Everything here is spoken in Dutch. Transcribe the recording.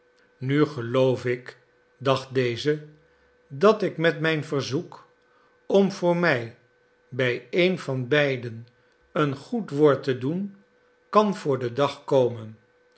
nu geloof ik dacht deze dat ik met mijn verzoek om voor mij bij een van beiden een goed woord te doen kan voor den dag komen